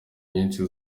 nyinshi